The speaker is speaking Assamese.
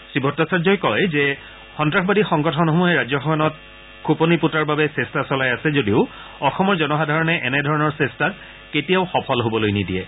শ্ৰীভট্টাচাৰ্যই কয় যে সন্তাসবাদী সংগঠনসমূহে ৰাজ্যখনত খোপনী পোটাৰ বাবে চেষ্টা চলাই আছে যদিও অসমৰ জনসাধাৰণে এনে ধৰণৰ চেষ্টা কেতিয়াও সফল হব নিদিয়ে